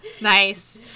Nice